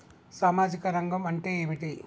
సామాజిక రంగం అంటే ఏమిటి?